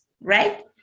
right